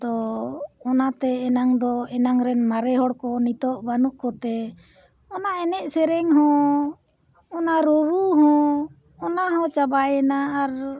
ᱛᱚ ᱚᱱᱟᱛᱮ ᱮᱱᱟᱱ ᱫᱚ ᱮᱱᱟᱱ ᱨᱮᱱ ᱢᱟᱨᱮ ᱦᱚᱲ ᱠᱚ ᱱᱤᱛᱳᱜ ᱵᱟᱹᱱᱩᱜ ᱠᱚᱛᱮ ᱚᱱᱟ ᱮᱱᱮᱡ ᱥᱮᱨᱮᱧ ᱦᱚᱸ ᱚᱱᱟ ᱨᱩᱨᱩ ᱦᱚᱸ ᱚᱱᱟᱦᱚᱸ ᱪᱟᱵᱟᱭᱮᱱᱟ ᱟᱨ